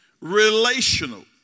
relational